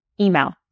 email